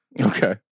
Okay